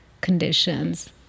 conditions